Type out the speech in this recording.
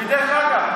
ודרך אגב,